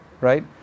right